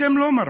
אתם לא מרפים.